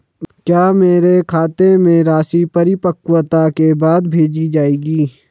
क्या मेरे खाते में राशि परिपक्वता के बाद भेजी जाएगी?